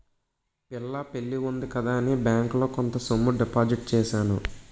పిల్ల పెళ్లి ఉంది కదా అని బ్యాంకులో కొంత సొమ్ము డిపాజిట్ చేశాను